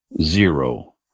zero